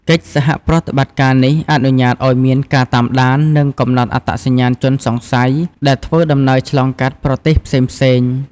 កិច្ចសហប្រតិបត្តិការនេះអនុញ្ញាតឲ្យមានការតាមដាន និងកំណត់អត្តសញ្ញាណជនសង្ស័យដែលធ្វើដំណើរឆ្លងកាត់ប្រទេសផ្សេងៗ។